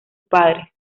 padres